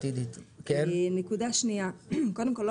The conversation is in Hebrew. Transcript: נקודה שנייה ראשית,